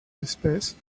espèces